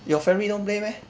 your family don't play meh